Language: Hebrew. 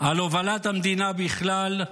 על הובלת המדינה בכלל,